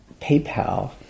PayPal